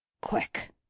Quick